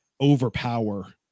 overpower